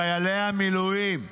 חיילי המילואים?